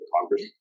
Congress